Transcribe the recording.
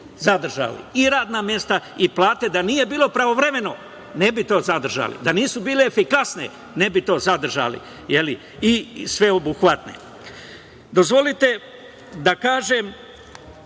i radna mesta i plate. Da nije bilo pravovremeno ne bi to zadržali, da nisu bile efikasne ne bi to zadržali. Dozvolite da kažem